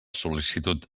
sol·licitud